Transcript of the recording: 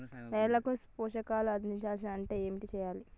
నేలకు పోషకాలు అందించాలి అంటే ఏం చెయ్యాలి?